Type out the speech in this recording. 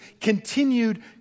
continued